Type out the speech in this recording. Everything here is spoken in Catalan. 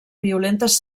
violentes